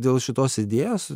dėl šitos idėjos